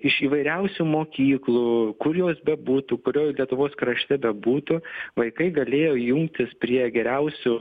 iš įvairiausių mokyklų kur jos bebūtų kurioj lietuvos krašte bebūtų vaikai galėjo jungtis prie geriausių